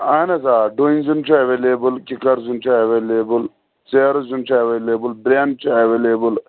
اہَن حظ آ ڈۄنۍ زیُن چھُ ایویلیبل کِکر زیُن چھُ ایویلیبل ژیرٕ زیُن چھُ ایویلیبل برین چھ ایویلیبل